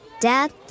Dad